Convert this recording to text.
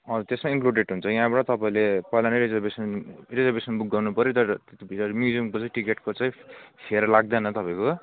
अँ त्यसमै इन्क्लुडेट हुन्छ यहाँबाट तपाईँले पहिला नै रिजर्भवेसन रिजर्भवेसन बुक गर्नुपऱ्यो तर भित्र म्युजियमको चाहिँ टिकटको चाहिँ फेयर लाग्दैन तपाईँको